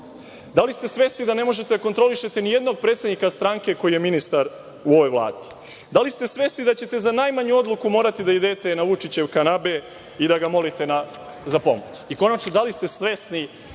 Da li ste svesni da ne možete da kontrolišete ni jednog predsednika stranke koji je ministar u ovoj Vladi? Da li ste svesni da ćete za najmanju odluku morati da idete na Vučićev kanabe i da ga molite za pomoć? Konačno, da li ste svesni